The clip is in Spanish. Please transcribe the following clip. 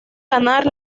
ganar